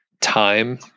time